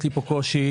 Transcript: יש לי כאן קושי,